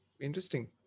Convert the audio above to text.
interesting